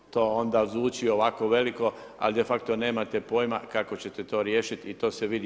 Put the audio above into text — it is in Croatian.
To onda zvuči ovako veliko, a de facto nemate pojma kako ćete to riješiti i to se vidi.